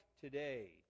today